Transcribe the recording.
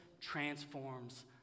transforms